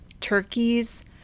turkeys